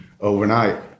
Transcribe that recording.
overnight